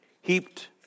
heaped